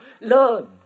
learn